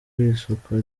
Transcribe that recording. isuku